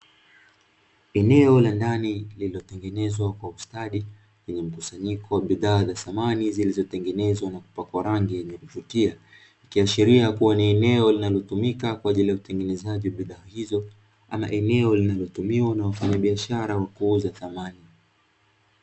Eneo la ndani lililotengenezwa kwa ustadi lenye mkusanyiko wa bidhaa za samani, zilizotengenezwa na kupakwa rangi yenye kuvutia, ikiashiria kuwa ni eneo linalotumika kwa ajili ya kutengenezaji wa bidhaa hizo ama ni eneo linalotumika kwa wafanyabiashara kuuza samani.